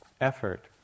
effort